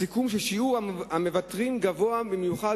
הסיכום: שיעור המוותרים גבוה במיוחד